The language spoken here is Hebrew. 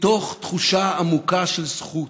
מתוך תחושה עמוקה של זכות,